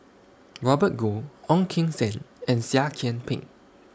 Robert Goh Ong Keng Sen and Seah Kian Peng